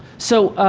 so,